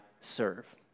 serve